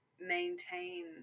maintain